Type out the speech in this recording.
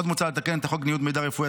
עוד מוצע לתקן את חוק ניוד מידע רפואי,